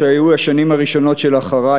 שהיו השנים הראשונות של "אחריי!",